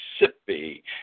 Mississippi